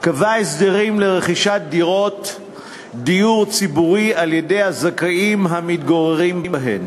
קבע הסדרים לרכישת דירות דיור ציבורי על-ידי הזכאים המתגוררים בהן.